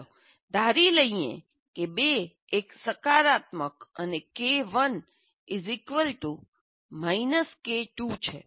ચાલો ધારી લઈએ કે 2 એ સકારાત્મક અને K1 K2 છે